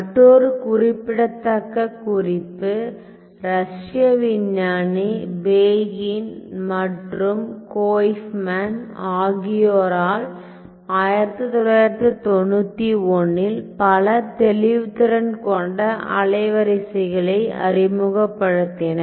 மற்றொரு குறிப்பிடத்தக்க குறிப்பு ரஷ்ய விஞ்ஞானி பெய்கின் மற்றும் கோயிஃப்மேன் ஆகியோரால் 1991 ல் பல தெளிவுத்திறன் கொண்ட அலைவரிசைகளை அறிமுகப்படுத்தினர்